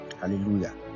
Hallelujah